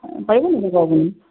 পাৰিব নেকি যাব আপুনি